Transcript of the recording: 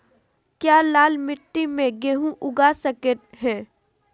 क्या लाल मिट्टी में गेंहु उगा स्केट है?